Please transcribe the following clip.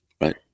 right